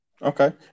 Okay